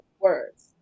words